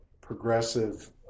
progressive